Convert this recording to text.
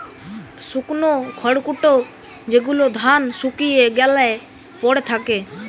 শুকনো খড়কুটো যেগুলো ধান শুকিয়ে গ্যালে পড়ে থাকে